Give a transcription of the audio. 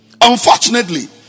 Unfortunately